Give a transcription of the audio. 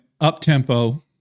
up-tempo